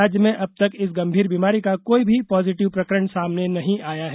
राज्य में अब तक इस गंभीर बीमारी का कोई भी पॉजीटिव प्रकरण सामने नहीं आया है